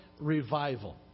Revival